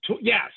yes